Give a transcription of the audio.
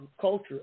Culture